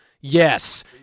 yes